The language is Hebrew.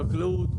חקלאות,